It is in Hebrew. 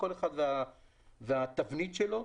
כל אחד והתבנית שלו,